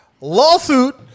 Lawsuit